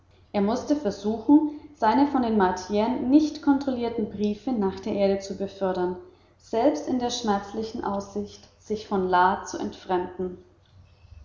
er mußte versuchen seine von den martiern nicht kontrollierten briefe nach der erde zu befördern selbst in der schmerzlichen aussicht sich la zu entfremden